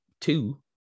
two